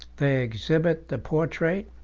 they exhibit the portrait,